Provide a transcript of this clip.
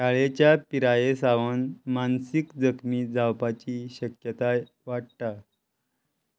काळेच्या पिराये सावन मानसीक जखमी जावपाची शक्यताय वाडटा